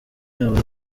yabo